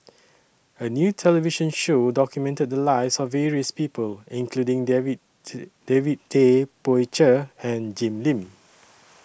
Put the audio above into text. A New television Show documented The Lives of various People including David David Tay Poey Cher and Jim Lim